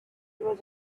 was